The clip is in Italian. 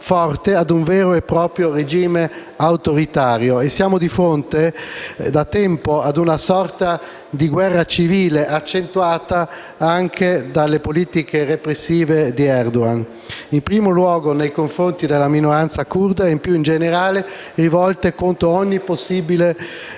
a un vero e proprio regime autoritario. Siamo da tempo di fronte a una sorta di guerra civile, accentuata anche dalle politiche repressive di Ezdagan in primo luogo nei confronti della minoranza curda e, più in generale, rivolte contro ogni possibile